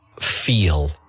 feel